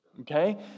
okay